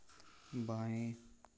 बाएँ